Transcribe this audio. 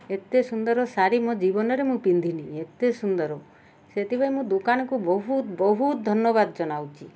ଏତେ ସୁନ୍ଦର ଶାଢୀ ମୋ ଜୀବନରେ ମୁଁ ପିନ୍ଧିନି ଏତେ ସୁନ୍ଦର ସେଥିପାଇଁ ମୁଁ ଦୋକାନକୁ ବହୁତ ବହୁତ ଧନ୍ୟବାଦ ଜଣାଉଛି